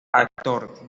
actor